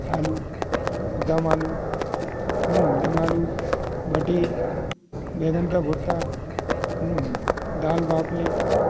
आलू दम आलू दम आलू भटी बैंगन का भर्ता दाल बाफले